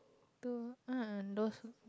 to !ah! those